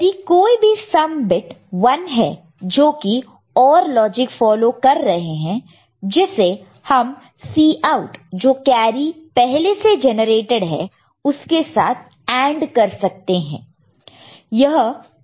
यदि कोई भी सम बिट 1 है जोकि OR लॉजिक फॉलो कर रहे हैं जिसे हम Cout जो कैरी पहले से जनरेटड है उसके साथ AND कर सकते हैं